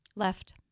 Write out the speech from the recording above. left